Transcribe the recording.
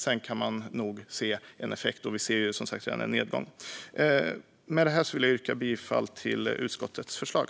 Sedan kan vi nog se en effekt. Och vi ser, som sagt, redan en nedgång. Jag yrkar bifall till utskottets förslag.